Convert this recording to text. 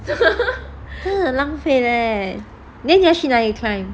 真很浪费 leh then 你要去哪里 climb